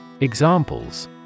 Examples